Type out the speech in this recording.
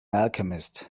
alchemist